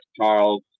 Charles